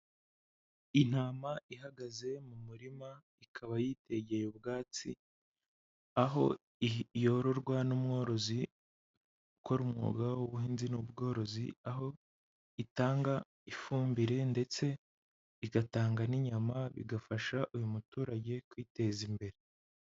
Intama ihagaze mu murima ikaba yitegeye ubwatsi, aho yororwa n'umworozi ukora umwuga w'ubuhinzi n'ubworozi, aho itanga ifumbire ndetse igatanga n'inyama bigafasha uyu muturage kwiteza imbere.